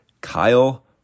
Kyle